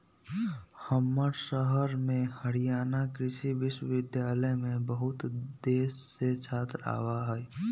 हमर शहर में हरियाणा कृषि विश्वविद्यालय में बहुत देश से छात्र आवा हई